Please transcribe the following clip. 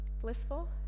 Blissful